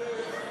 הצעת